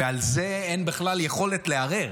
ועל זה אין בכלל יכולת לערער.